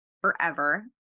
forever